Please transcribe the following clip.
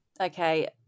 Okay